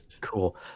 cool